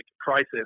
crisis